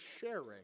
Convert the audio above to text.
sharing